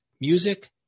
music